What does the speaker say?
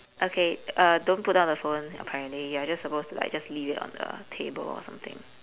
okay uh don't put down the phone apparently you are just supposed to just like leave it on the table or something